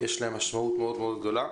יש להם משמעות גדולה.